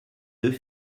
deux